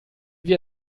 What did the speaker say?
wir